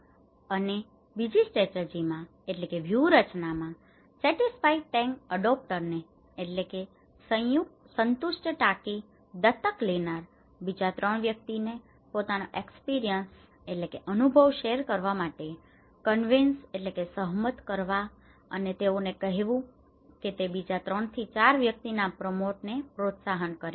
અને બીજી સ્ટ્રેટર્જીમાં strategy વ્યૂહરચના સેટીસ્ફયાઈડ ટેન્ક અડોપ્ટરોને satisfied tank adopter સંતુષ્ટ ટાંકી દત્તક લેનાર બીજા 3 વ્યક્તિને પોતાનો એક્સપિરિયન્સ experience અનુભવ શેર કરવાં માટે કનવેન્સ convince સહમત કરવા અને તેઓને કહેવું કે તે બીજા 3 થી 4 વ્યક્તિને આ પ્રોમોટ promote પ્રોત્સાહન કરે